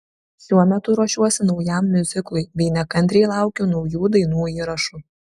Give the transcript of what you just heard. šiuo metu ruošiuosi naujam miuziklui bei nekantriai laukiu naujų dainų įrašų